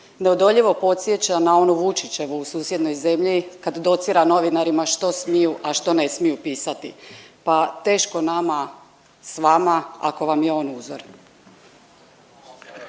neodoljivo podsjeća na onu Vučićevu u susjednoj zemlji kad docira novinarima što smiju, a što ne smiju pisati, pa teško nama s vama ako vam je on uzor.